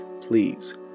please